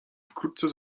wkrótce